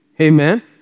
Amen